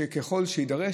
היא שככל שיידרש,